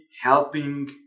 helping